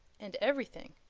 and everything.